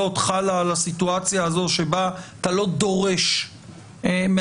חלה עלה סיטואציה הזאת שבה אתה לא דורש מהאדם.